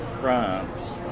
France